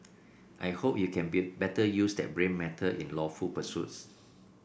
I hope you can better use that brain matter in lawful pursuits